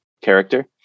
character